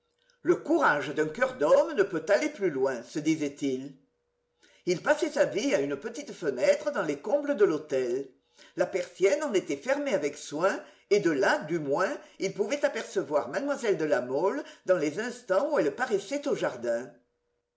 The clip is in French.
le courage d'un coeur d'homme ne peut aller plus loin se disait-il il passait sa vie à une petite fenêtre dans les combles de l'hôtel la persienne en était fermée avec soin et de là du moins il pouvait apercevoir mlle de la mole dans les instants où elle paraissait au jardin